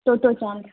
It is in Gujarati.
તો તો ચાંદ